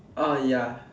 orh ya